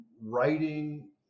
writing